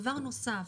דבר נוסף,